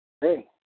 Hey